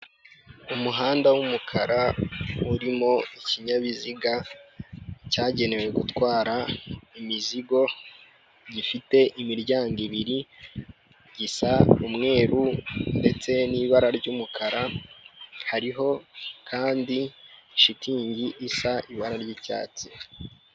Umuhanda w'umukara urimo ikinyabiziga cyagenewe gutwara imizigo gifite imiryango ibiri. Gisa umweru ndetse n'ibara ry'umukara, hariho kandi shitingi isa ibara ry'icyatsi.